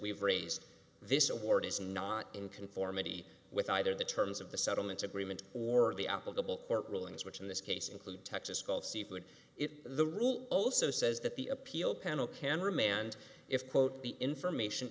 we've raised this award is not in conformity with either the terms of the settlement agreement or the out of the ball court rulings which in this case include texas gulf seafood if the rule also says that the appeal panel camera manned if quote the information